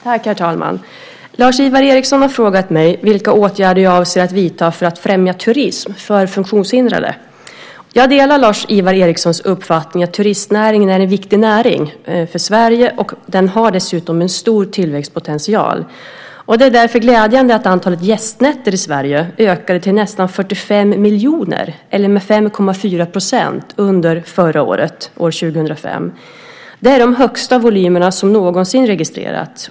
Herr talman! Lars-Ivar Ericson har frågat mig vilka åtgärder jag avser att vidta för att främja turism för funktionshindrade. Jag delar Lars-Ivar Ericsons uppfattning att turistnäringen är en viktig näring för Sverige med stor tillväxtpotential. Det är därför glädjande att antalet gästnätter i Sverige ökade till nästan 45 miljoner eller med 5,4 % under 2005. Det är de högsta volymerna som någonsin registrerats.